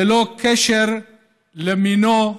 ללא קשר למינו,